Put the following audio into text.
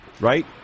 right